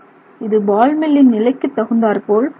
இது பால் மில்லின் நிலைக்கு தகுந்தாற் போல் உள்ளது